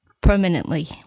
permanently